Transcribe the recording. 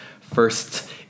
first